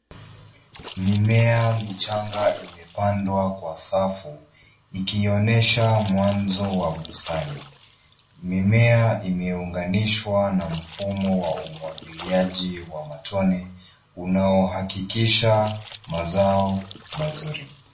Mimea michanga imepandwa kwa safu ikionyesha mwanzo wa bustani. Mimea imeunganishwa na mfumo wa umwagiliaji wa matone unaohakikisha mazao mazuri.